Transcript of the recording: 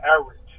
average